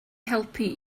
helpu